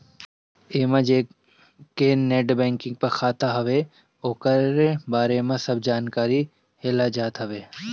एमे जेकर net banking पे खाता बनत हवे ओकरी बारे में सब जानकारी लेहल जात हवे